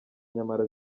nyamara